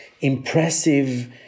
impressive